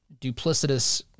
duplicitous